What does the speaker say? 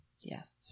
Yes